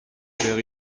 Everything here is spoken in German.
wäre